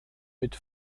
mit